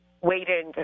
waited